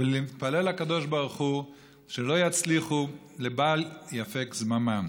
ולהתפלל לקדוש ברוך הוא שלא יצליחו, לבל יפק זממם.